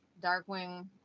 Darkwing